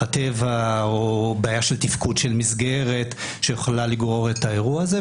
הטבע או בעיה של תפקוד של מסגרת שיכולה לגרור את האירוע הזה,